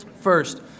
First